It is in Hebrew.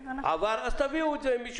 עבר, אז תביאו את זה.